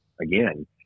Again